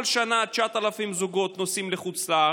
כל שנה 9,000 זוגות נוסעים לחו"ל,